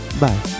Bye